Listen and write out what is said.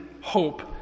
hope